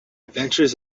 adventures